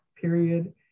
period